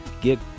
Get